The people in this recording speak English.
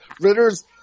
Ritter's